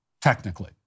technically